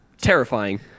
terrifying